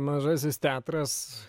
mažasis teatras